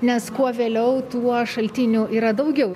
nes kuo vėliau tuo šaltinių yra daugiau